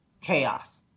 chaos